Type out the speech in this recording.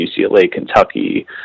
UCLA-Kentucky